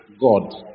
God